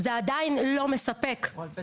אולי